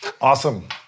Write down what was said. Awesome